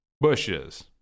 Bushes